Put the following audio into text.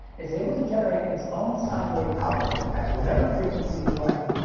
is able to generate its own sine wave output at whatever frequency we like.